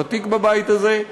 ותיק בבית הזה,